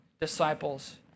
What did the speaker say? disciples